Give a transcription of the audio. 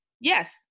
Yes